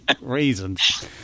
reasons